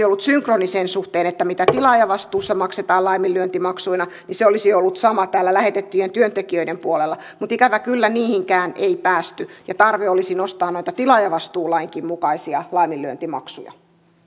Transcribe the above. ollut synkroni sen suhteen mitä tilaajavastuussa maksetaan laiminlyöntimaksuina niin että se olisi ollut sama täällä lähetettyjen työntekijöiden puolella mutta ikävä kyllä niihinkään ei päästy ja tarve olisi nostaa näitä tilaajavastuulainkin mukaisia laiminlyöntimaksuja